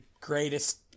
greatest